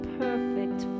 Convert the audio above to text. perfect